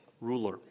ruler